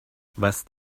was